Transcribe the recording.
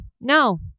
no